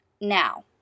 Now